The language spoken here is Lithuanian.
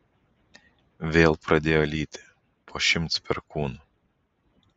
vėl pradėjo lyti po šimts perkūnų